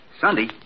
Sunday